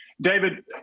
David